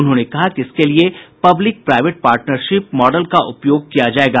उन्होंने कहा कि इसके लिए पब्लिक प्राईवेट पार्टनरशिप मॉडल का उपयोग किया जायेगा